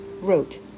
wrote